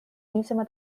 niisama